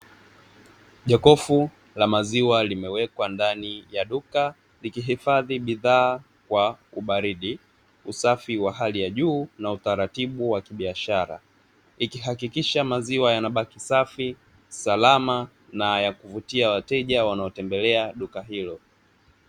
Jokofu la maziwa limewekwa ndani ya duka likihifadhi bidhaa kwa ubaridi usafi wa hali ya juu na utaratibu wa kibiashara ikihakikisha maziwa yanabaki safi, salama na ya kuvutia wateja wanao tembelea duka hilo.